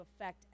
effect